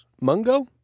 Mungo